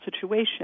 situation